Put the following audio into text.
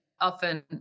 often